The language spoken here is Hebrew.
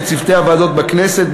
לצוותי הוועדות בכנסת,